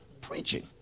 preaching